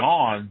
on